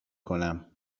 کنم